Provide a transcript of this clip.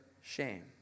shame